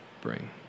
bring